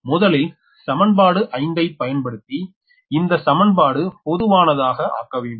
முதலில் சமன்பாடு 5 ஐ பயன்படுத்தி இந்த சமன்பாடு பொதுவானதாக ஆக்க வேண்டும்